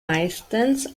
meistens